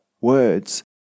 words